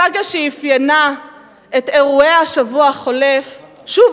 הסאגה שאפיינה את אירועי השבוע החולף שוב